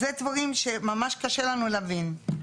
זה דברים שממש קשה לנו להבין.